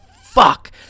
fuck